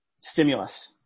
stimulus